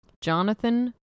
Jonathan